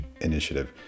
initiative